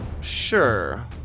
Sure